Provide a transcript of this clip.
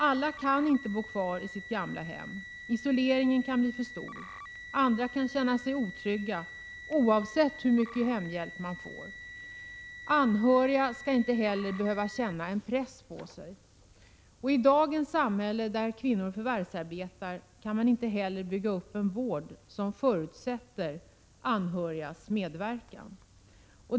Alla kan inte bo kvar i sitt gamla hem. Isoleringen kan bli för stor. Andra kan känna sig otrygga, oavsett hur mycket hemhjälp de får. Anhöriga skall inte heller behöva känna en press på sig. I dagens samhälle, där kvinnor förvärvsarbetar, kan man inte bygga upp en vård som förutsätter anhörigas medverkan.